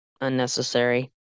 unnecessary